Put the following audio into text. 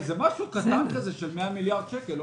זה משהו קטן כזה של 100 מיליארד שקל,